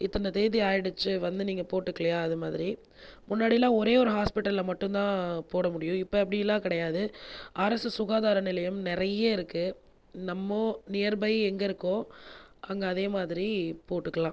இத்தனை தேதி ஆகிடுச்சி வந்து நீங்கள் போட்டுக்கலயா அது மாதிரி முன்னாடி எல்லாம் ஒரே ஒரு ஹாஸ்பிட்டலில் மட்டும் தான் போட முடியும் இப்போது அப்படி எல்லாம் கிடையாது அரசு சுகாதார நிலையம் நிறையா இருக்குது நம்ம நியர்பை எங்கே இருக்கோ அங்கே அதே மாதிரி போட்டுக்கலாம்